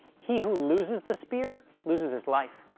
he who loses the spear loses his life.